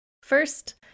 First